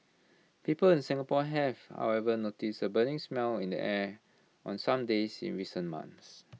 people in Singapore have however noticed A burning smell in the air on some days in recent months